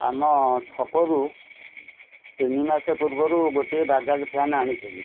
ଆମ ଛକରୁ ତିନିମାସ ପୂର୍ବରୁ ଗୋଟେ ବାଜାଜ୍ ଫ୍ୟାନ୍ ଆଣିଥିଲି